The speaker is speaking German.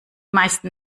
meisten